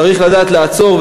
צריך לדעת לעצור,